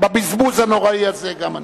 גם בבזבוז הנורא הזה אני אשם.